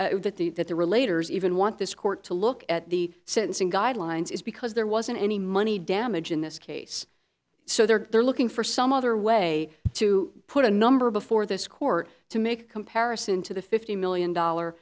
that the that the relator has even want this court to look at the sentencing guidelines is because there wasn't any money damage in this case so they're looking for some other way to put a number before this court to make a comparison to the fifty million dollar